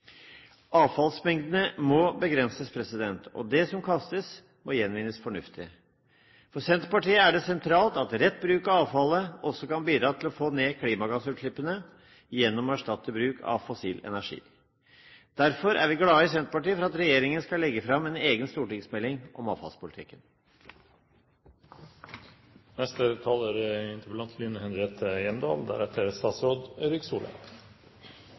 Avfallsmengdene må begrenses, og det som kastes, må gjenvinnes fornuftig. For Senterpartiet er det sentralt at rett bruk av avfallet også kan bidra til å få ned klimagassutslippene gjennom å erstatte bruk av fossil energi. Derfor er vi i Senterpartiet glade for at regjeringen skal legge fram en egen stortingsmelding om avfallspolitikken. Jeg takker for en god debatt. Representanten Sund sa at det er